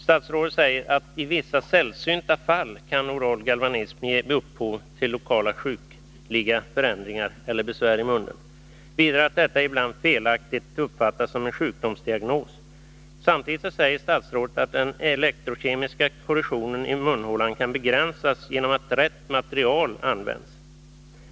Statsrådet säger: ”TI vissa sällsynta fall kan oral galvanism ge upphov till lokala sjukliga förändringar eller besvär i munnen.” Hon säger vidare att oral galvanism ”ibland felaktigt uppfattats som en sjukdomsdiagnos.” Samtidigt säger statsrådet att de ”elektrokemiska processerna i munhålan kan begränsas genom att rätt material används”.